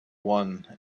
one